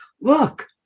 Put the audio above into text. look